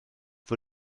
fwy